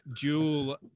dual